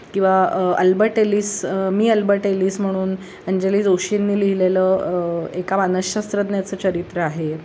किंवा Albert Ellis मी Albert Ellis म्हणून अंजली जोशींनी लिहिलेलं एका मानसशास्त्रज्ञाचं चरित्र आहे